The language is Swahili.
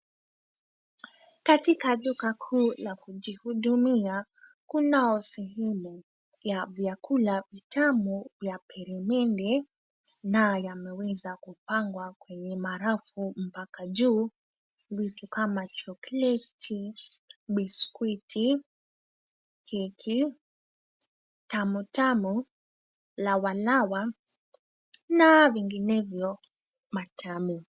Katika duka kuu la kujihudumia kunao sehemu ya vyakula vitamu vya peremende na yameweza kupangwa kwenye marafu mpaka juu. Vitu kama chokoleti, biskuti, keki, tamu tamu, lawa lawa na vinginevyo matamu.